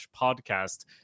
podcast